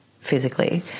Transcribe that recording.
physically